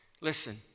Listen